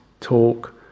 talk